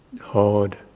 hard